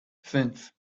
fünf